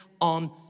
on